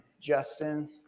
Justin